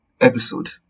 episode